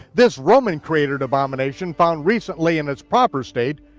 this roman-created abomination found recently in its proper state,